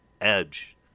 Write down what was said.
edge